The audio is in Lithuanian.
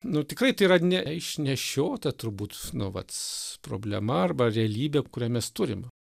nu tikrai tai yra ne išnešiota turbūt nu vats problema arba realybė kurią mes turim